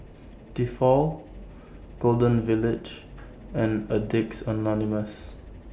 Tefal Golden Village and Addicts Anonymous